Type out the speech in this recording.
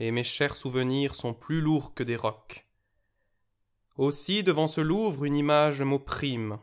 et mes chers souvenirs sont plus lourds que des rocs aussi djvant ce louvre une image m'opprime